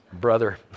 Brother